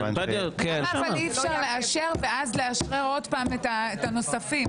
מכיוון ש --- אבל למה אי-אפשר לאשר ואז לאשרר עוד פעם את הנוספים?